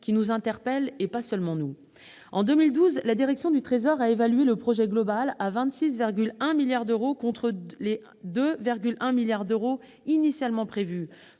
qui nous interpelle, nous, mais pas seulement. En 2012, la Direction du trésor a évalué le projet global à 26,1 milliards d'euros, contre 2,1 milliards d'euros initialement prévus.